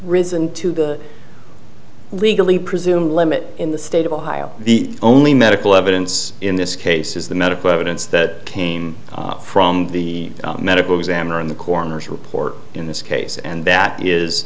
risen to the legally presume limit in the state of ohio the only medical evidence in this case is the medical evidence that came from the medical examiner in the coroner's report in this case and that is